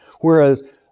Whereas